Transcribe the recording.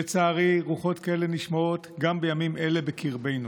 לצערי, רוחות כאלה נשמעות גם בימים האלה בקרבנו.